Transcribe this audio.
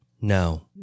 No